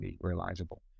realizable